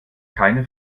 keine